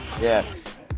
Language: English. Yes